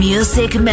Music